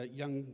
young